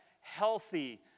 healthy